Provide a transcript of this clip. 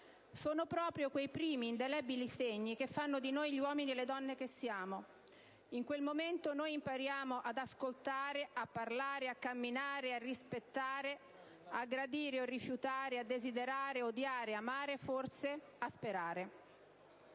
Sono proprio quei primi indelebili segni che fanno di noi gli uomini e le donne che siamo; in quel momento noi impariamo ad ascoltare, a parlare, a camminare, a rispettare, a gradire o rifiutare, a desiderare, odiare e amare, forse a sperare.